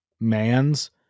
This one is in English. mans